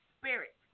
spirit